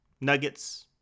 Nuggets